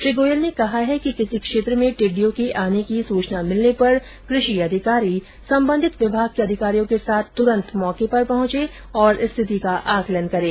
श्री गोयल ने कहा है कि किसी क्षेत्र में टिड्डियों के आने की सूचना मिलने पर कृषि अधिकारी संबंधित विभाग के अधिकारियों के साथ तुरंत मौके पर पहुंचे और स्थिति का आंकलन करें